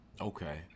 Okay